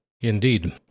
Indeed